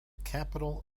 capital